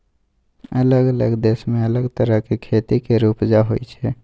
अलग अलग देश मे अलग तरहक खेती केर उपजा होइ छै